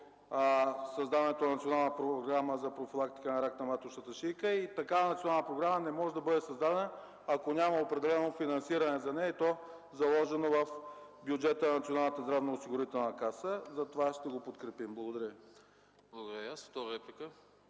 създаването на Национална програма за профилактика на рак на маточната шийка. Такава национална програма не може да бъде създадена, ако няма определено финансиране за нея, и то заложено в бюджета на Националната здравноосигурителна каса. Затова ще го подкрепим. Благодаря Ви.